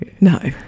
No